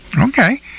okay